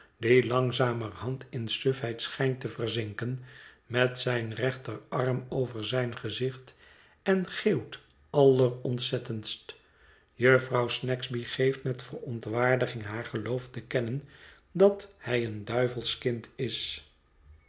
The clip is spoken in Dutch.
die langzamerhand in sufheid schijnt te verzinken met zijn rechterarm over zijn gezicht en geeuwt allerontzettendst jufvrouw snagsby geeft met verontwaardiging haar geloof te kennen dat hij een duivelskind is